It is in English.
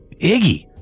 Iggy